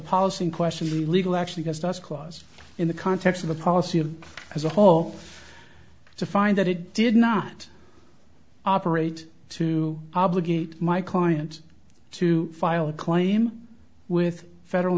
policy in question the legal action against us clause in the context of the policy of as a whole to find that it did not operate to obligate my client to file a claim with federal